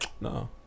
No